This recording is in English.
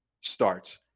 starts